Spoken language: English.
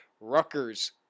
Rutgers